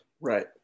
Right